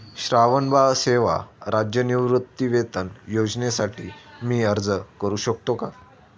श्रावणबाळ सेवा राज्य निवृत्तीवेतन योजनेसाठी मी अर्ज करू शकतो का?